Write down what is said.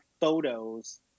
photos